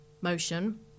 motion